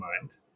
mind